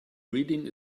reading